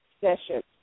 session